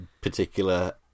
particular